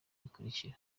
bikurikira